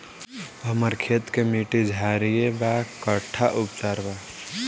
हमर खेत के मिट्टी क्षारीय बा कट्ठा उपचार बा?